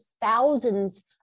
thousands